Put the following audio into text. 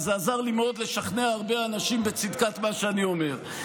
וזה עזר לי מאוד לשכנע הרבה אנשים בצדקת מה שאני אומר.